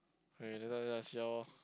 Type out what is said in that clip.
K later later see how lor